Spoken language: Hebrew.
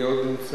מי עוד נמצא?